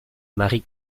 marie